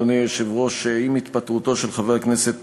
אדוני היושב-ראש: עם התפטרותו של חבר הכנסת